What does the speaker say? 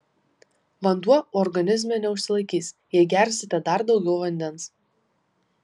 vanduo organizme neužsilaikys jei gersite dar daugiau vandens